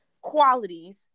qualities